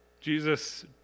Jesus